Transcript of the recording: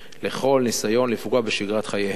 לכל ניסיון לפגוע בשגרת חייהם.